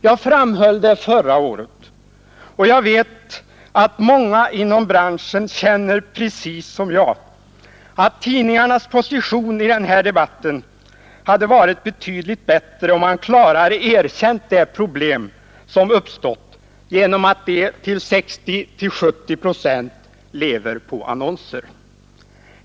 Jag framhöll förra året — och jag vet att många inom branschen känner precis som jag — att tidningarnas position i den här debatten hade varit betydligt bättre, om man klarare hade erkänt det problem som uppstått genom att de till 60-70 procent lever på annonser.